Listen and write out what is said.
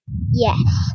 Yes